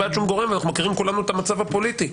כולנו מכירים את המצב הפוליטי.